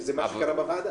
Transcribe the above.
וזה מה שקרה בוועדה.